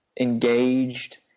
engaged